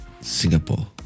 Singapore